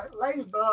ladybug